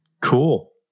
cool